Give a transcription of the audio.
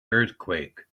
earthquake